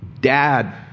Dad